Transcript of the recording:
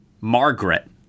Margaret